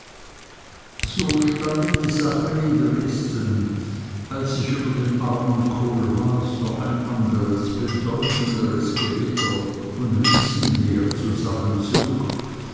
so standen die sachen in dresden als sich über den armen kohlhaas noch ein anderes bedeutenderes gewitter von lützen her